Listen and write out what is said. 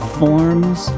forms